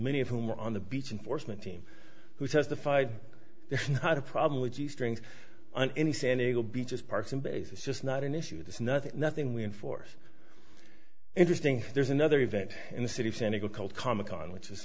many of whom were on the beach in foresman team who testified there's not a problem with the strings on any san diego beaches parks and bass is just not an issue there's nothing nothing we enforce interesting there's another event in the city of san diego called comic con which is